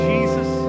Jesus